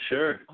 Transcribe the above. Sure